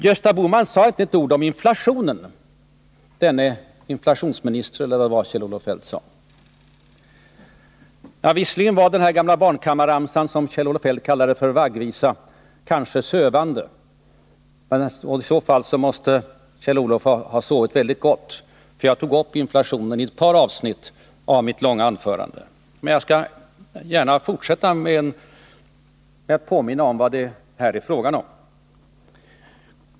Gösta Bohman sade inte ett ord om inflationen — denne inflationsminister, eller vad det var Kjell-Olof Feldt sade. Visserligen var den här gamla barnkammarramsan, som Kjell-Olof Feldt kallade vaggvisa, kanske sövan 83 de, men i så fall måste Kjell-Olof Feldt ha sovit väldigt gott, för jag tog upp inflationen i ett par avsnitt i mitt långa anförande. Jag skall gärna fortsätta med att påminna om vad det är frågan om.